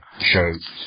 show's